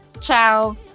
Ciao